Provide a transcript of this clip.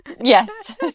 yes